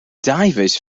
divers